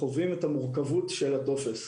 המורכבות של הטופס,